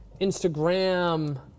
Instagram